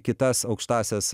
kitas aukštąsias